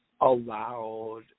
allowed